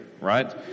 right